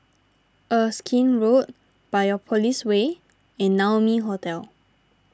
Erskine Road Biopolis Way and Naumi Hotel